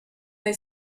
they